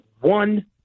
one